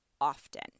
often